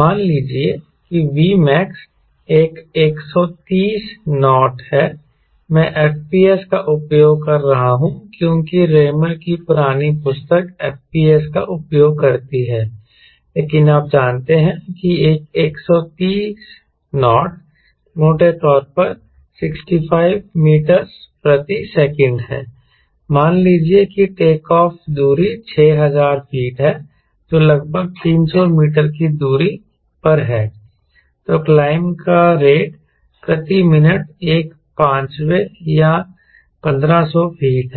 मान लीजिए कि Vmax एक 130 नॉट है मैं FPS का उपयोग कर रहा हूं क्योंकि रेमर की पुरानी पुस्तक FPS का उपयोग करती है लेकिन आप जानते हैं कि 130 नॉट मोटे तौर पर 65 मीटर प्रति सेकंड है मान लीजिए कि टेक ऑफ दूरी 6000 फीट है जो लगभग 300 मीटर की दूरी पर है तो क्लाइंब का रेट प्रति मिनट एक पांचवें या 1500 फीट है